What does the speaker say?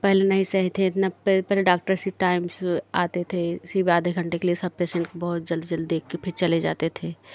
पहले नहीं सही थे इतना पहले डॉक्टर से टाइम से आते थे सिर्फ आधे घंटे के लिए सब पेशेंट को बहुत जल्दी जल्दी देखकर फिर चले जाते थे